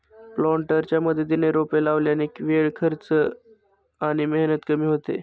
प्लांटरच्या मदतीने रोपे लावल्याने वेळ, खर्च आणि मेहनत कमी होते